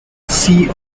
see